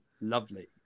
lovely